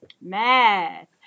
Math